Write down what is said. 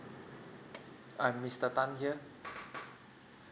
I'm mister tan here